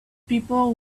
people